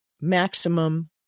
maximum